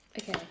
Okay